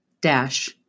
dash